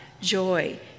joy